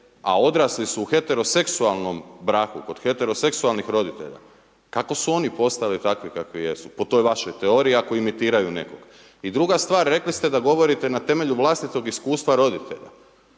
a odrasli su u heteroseksualnom braku, kod heteroseksualnih roditelja, kako su oni postali takvi kakvi jesu, po toj vašoj teoriji, ako imitiraju nekoga i druga stvar rekli ste da govorite na temelju vlastitoga iskustva roditelja.